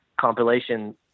compilation